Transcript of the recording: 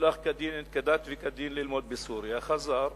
שנשלח כדת וכדין ללמוד בסוריה, חזר,